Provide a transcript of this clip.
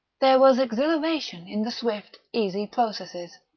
there was exhilaration in the swift, easy processes.